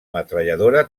metralladora